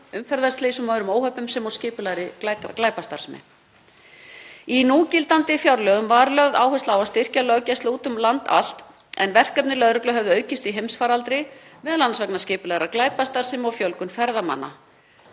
umferðarslysum og öðrum óhöppum sem og skipulagðri glæpastarfsemi. Í núgildandi fjárlögum var lögð áhersla á að styrkja löggæslu úti um land allt en verkefni lögreglu höfðu aukist í heimsfaraldri, m.a. vegna skipulagðrar glæpastarfsemi og fjölgunar ferðamanna.